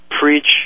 preach